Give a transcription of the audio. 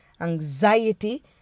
anxiety